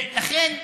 לכן,